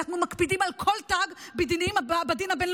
מקפידים על כל תג בדין הבין-לאומי,